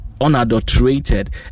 unadulterated